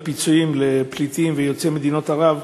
של הפיצויים לפליטים ויוצאי מדינות ערב,